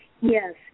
Yes